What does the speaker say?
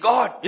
God